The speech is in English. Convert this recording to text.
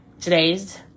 Today's